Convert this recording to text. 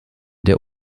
der